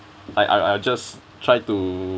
Iike I'll I'll just try to